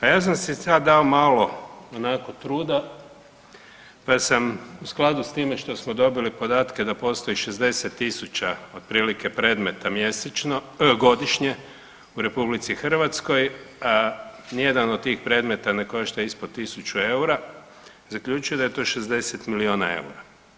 A ja sam si sad dao malo onako truda, pa sam u skladu s time što smo dobili podatke da postoji 60.000 otprilike predmeta mjesečno, godišnje u RH, nijedan od tih predmeta ne košta ispod 1000 eura, zaključio da je to 60 milijuna eura.